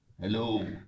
Hello